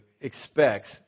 expects